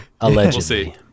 allegedly